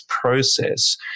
process